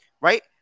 right